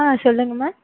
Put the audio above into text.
ஆ சொல்லுங்கம்மா